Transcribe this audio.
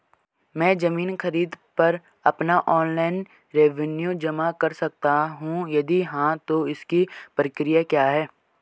मैं ज़मीन खरीद पर अपना ऑनलाइन रेवन्यू जमा कर सकता हूँ यदि हाँ तो इसकी प्रक्रिया क्या है?